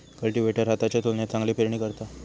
cultivator हाताच्या तुलनेत चांगली पेरणी करता